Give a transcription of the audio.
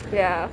ya